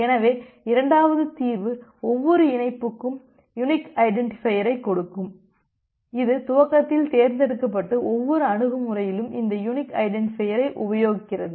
எனவே இரண்டாவது தீர்வு ஒவ்வொரு இணைப்புக்கும் யுனிக் ஐடென்டிட்டிபையரைக் கொடுக்கும் இது துவக்கத்தில் தேர்ந்தெடுக்கப்பட்டு ஒவ்வொரு அணுகுமுறையிலும் அந்த யுனிக் ஐடென்டிட்டிபையரையை உபயோகிக்கிறது